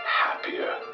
happier